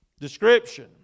Description